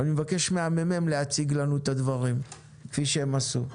אבל אני מבקש מהממ"מ להציג לנו את הדברים כפי שהם עשו.